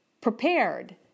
prepared